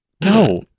No